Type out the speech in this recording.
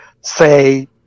say